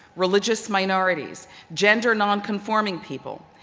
religious minorities, gender-nonconforming people.